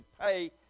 pay